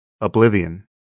oblivion